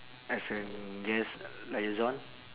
as a guest liaison